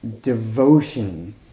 Devotion